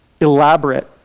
elaborate